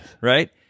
Right